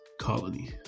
colony